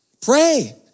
Pray